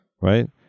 Right